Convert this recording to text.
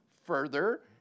further